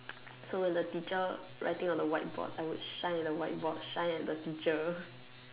so when the teacher write on the whiteboard I would shine at the whiteboard shine at the teacher